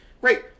Great